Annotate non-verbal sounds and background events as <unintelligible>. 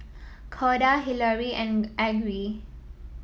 Corda Hilary and <unintelligible> Aggie